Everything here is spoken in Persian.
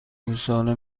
گوساله